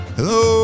Hello